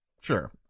Sure